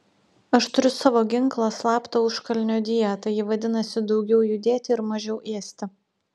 aš turiu savo ginklą slaptą užkalnio dietą ji vadinasi daugiau judėti ir mažiau ėsti